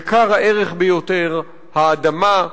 יקר הערך ביותר, האדמה,